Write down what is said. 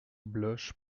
bloche